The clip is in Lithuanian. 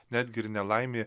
netgi ir nelaimė